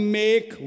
make